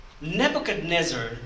Nebuchadnezzar